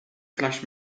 flash